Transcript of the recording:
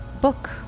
book